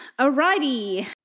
Alrighty